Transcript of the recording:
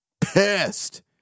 Pissed